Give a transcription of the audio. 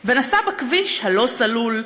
ונסע בכביש הלא-סלול,